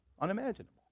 unimaginable